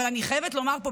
אבל אני חייבת לומר פה,